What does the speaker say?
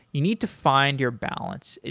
you need to find your balance.